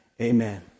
Amen